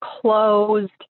closed